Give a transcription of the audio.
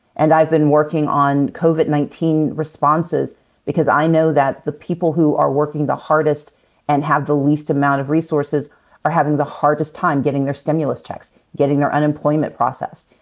and i've been working on covid nineteen responses because i know that the people who are working the hardest and have the least amount of resources are having the hardest time getting their stimulus checks, getting their unemployment processed,